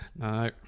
No